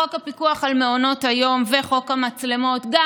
חוק הפיקוח על מעונות היום וחוק המצלמות גם